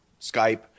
skype